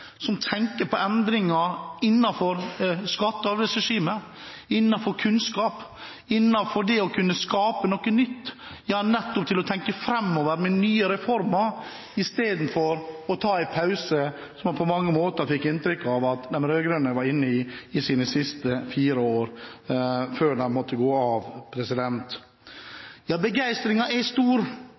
som tenker på endringer innenfor skatte- og avgiftsregimet, innenfor kunnskap, innenfor det å kunne skape noe nytt – ja, som nettopp tenker framover med hensyn til nye reformer, istedenfor å ta en pause, som man på mange måter fikk inntrykk av at de rød-grønne var inne i i sine siste fire år, før de måtte gå av. Ja, begeistringen er stor,